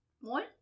one